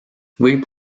võib